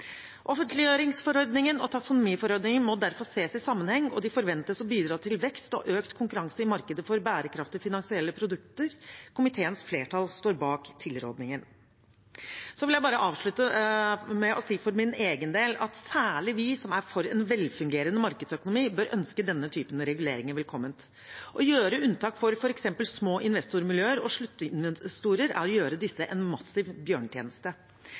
Offentliggjøringsforordningen og taksonomiforordningen må derfor ses i sammenheng, og de forventes å bidra til vekst og økt konkurranse i markedet for bærekraftige finansielle produkter. Komiteens flertall står bak tilrådingen. Jeg vil bare avslutte med å si for min egen del at særlig de som er for en velfungerende markedsøkonomi, bør ønske denne type reguleringer velkommen. Å gjøre unntak for f.eks. små investormiljøer og sluttinvestorer er å gjøre disse en massiv bjørnetjeneste.